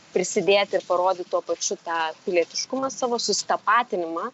prisidėti ir parodyt tuo pačiu tą pilietiškumą savo susitapatinimą